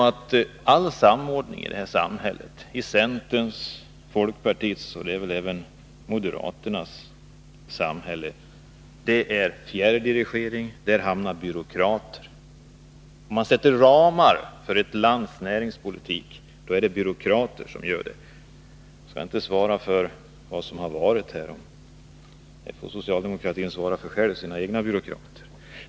All samordning i det här samhället, centerns, folkpartiets och även moderaternas samhälle, innebär fjärrdirigering och byråkrater. Om man sätter ramar för ett lands näringspolitik är det byråkrater som gör det. Jag kan inte svara för vad som har varit — socialdemokratin får själv svara för de egna byråkraterna.